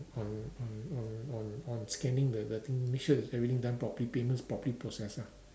on on on on on scanning the the thing make sure that's everything done properly payment's properly processed ah